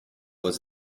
was